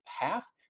path